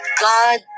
God